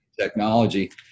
technology